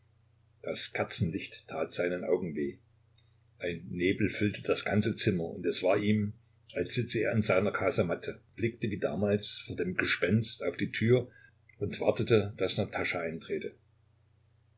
das kerzenlicht tat seinen augen weh ein nebel füllte das ganze zimmer und es war ihm als sitze er in seiner kasematte blicke wie damals vor dem gespenst auf die tür und warte daß